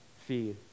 Feed